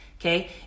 okay